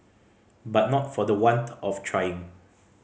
but not for the want of trying